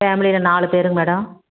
ஃபேமிலியில் நாலு பேருங்க மேடோம்